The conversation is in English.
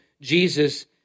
Jesus